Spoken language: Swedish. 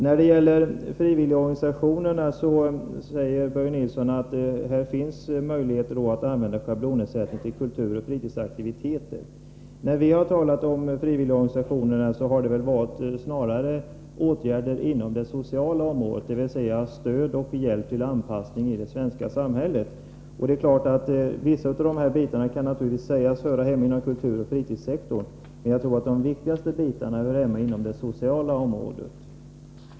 När det gäller frivilligorganisationerna säger Börje Nilsson att det finns möjlighet att använda den schabloniserade ersättningen till kulturoch fritidsaktiviteter. När vi har talat om frivilligorganisationerna har vi snarast avsett åtgärder inom det sociala området, dvs. stöd och hjälp till anpassning i det svenska samhället. Vissa av de åtgärderna kan naturligtvis sägas höra hemma inom kulturoch fritidssektorn, men jag tror att de viktigaste avsnitten hör hemma på det sociala området.